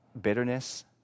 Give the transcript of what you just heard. bitterness